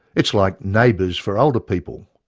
it's like neighbours for older people!